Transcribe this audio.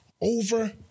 over